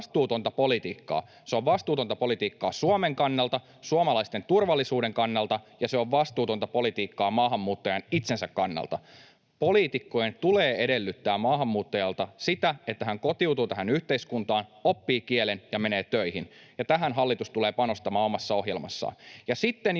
Se on vastuutonta politiikkaa. Se on vastuutonta politiikkaa Suomen kannalta, suomalaisten turvallisuuden kannalta, ja se on vastuutonta politiikkaa maahanmuuttajan itsensä kannalta. Poliitikkojen tulee edellyttää maahanmuuttajalta sitä, että hän kotiutuu tähän yhteiskuntaan, oppii kielen ja menee töihin, ja tähän hallitus tulee panostamaan omassa ohjelmassaan.